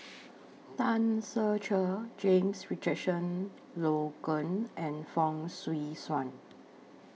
Tan Ser Cher James Richardson Logan and Fong Swee Suan